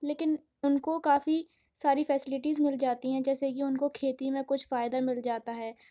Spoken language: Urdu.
لیکن ان کو کافی ساری فیسلٹیز مل جاتی ہیں جیسے کہ ان کو کھیتی میں کچھ فائدہ مل جاتا ہے